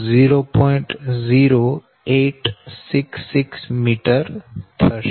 0866 m થશે